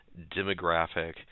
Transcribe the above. demographic